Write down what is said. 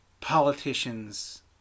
politicians